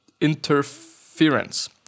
interference